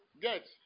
get